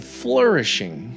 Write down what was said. flourishing